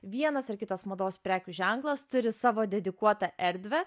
vienas ar kitas mados prekių ženklas turi savo dedikuotą erdvę